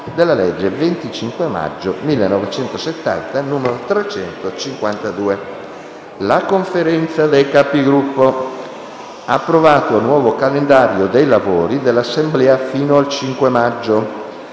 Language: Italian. La Conferenza dei Capigruppo ha approvato il nuovo calendario dei lavori dell'Assemblea fino al 5 maggio.